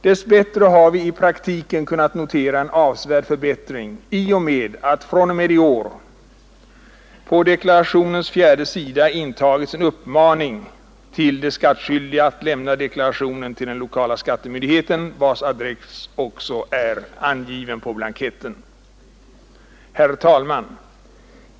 Dess bättre har vi i praktiken kunnat notera en avsevärd förbättring i och med att från och med i år på deklarationens fjärde sida intagits en uppmaning till de skattskyldiga att lämna deklarationen till den lokala skattemyndigheten, vars adress också är angiven på blanketten. Herr talman!